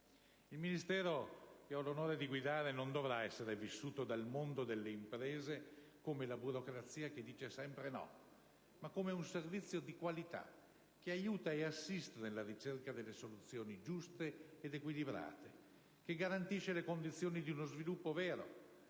Il Ministero che ho l'onore di guidare non dovrà essere vissuto dal mondo delle imprese come la burocrazia che dice sempre no, ma come un servizio di qualità, che aiuta ed assiste nella ricerca delle soluzioni giuste ed equilibrate, che garantisce le condizioni di uno sviluppo vero